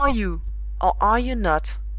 are you, or are you not,